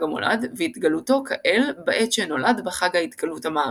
המולד והתגלותו כאל בעת שנולד בחג ההתגלות המערבי.